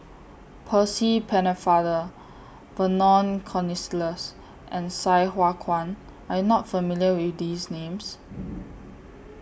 Percy Pennefather Vernon Cornelius and Sai Hua Kuan Are YOU not familiar with These Names